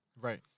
Right